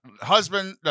Husband